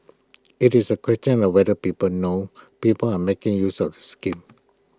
IT is A question of whether people know people are making use of schemes